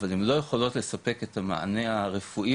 אבל הן לא יכולות לספק את המענה הרפואי